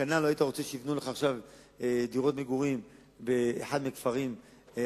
כנ"ל לא היית רוצה שיבנו לך עכשיו דירות מגורים באחד מהכפרים הערביים,